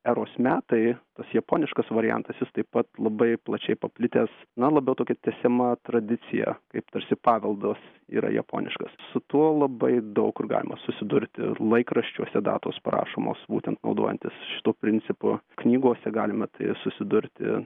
eros metai tas japoniškas variantas jis taip pat labai plačiai paplitęs na labiau tokia tęsiama tradicija kaip tarsi paveldas yra japoniškas su tuo labai daug kur galima susidurti laikraščiuose datos parašomos būtent naudojantis šituo principu knygose galima tai susidurti